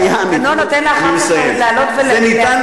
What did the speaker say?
זה היה, התקנון נותן לך אחר כך לענות, אני מסיים.